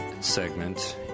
segment